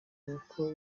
kuko